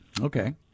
Okay